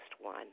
one